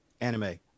anime